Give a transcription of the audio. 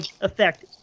effect